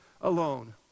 alone